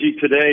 today